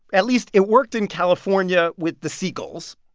at least it worked in california with the seagulls.